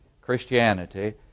Christianity